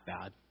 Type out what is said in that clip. bad